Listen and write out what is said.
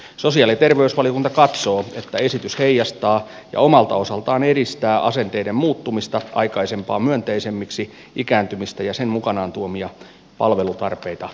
sosiaali ja terveysvaliokunta katsoo että esitys heijastaa ja omalta osaltaan edistää asenteiden muuttumista aikaisempaa myönteisemmiksi ikääntymistä ja sen mukanaan tuomia palvelutarpeita kohtaan